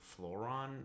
fluoron